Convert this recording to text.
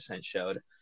showed